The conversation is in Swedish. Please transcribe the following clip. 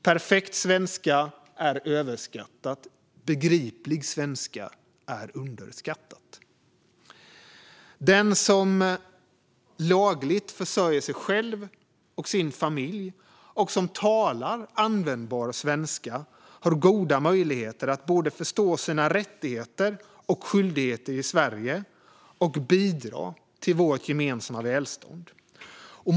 Perfekt svenska är överskattad. Begriplig svenska är underskattad. Den som lagligt försörjer sig själv och sin familj och som talar användbar svenska har goda möjligheter såväl att förstå sina rättigheter och skyldigheter i Sverige som att bidra till vårt gemensamma välstånd.